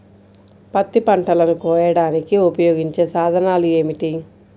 పత్తి పంటలను కోయడానికి ఉపయోగించే సాధనాలు ఏమిటీ?